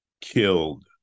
killed